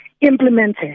implemented